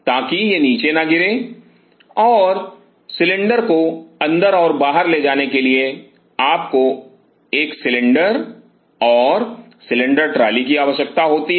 ताकि यह नीचे न गिरे और सिलेंडर को अंदर और बाहर ले जाने के लिए आपको एक सिलेंडर और सिलेंडर ट्रॉली की आवश्यकता होती है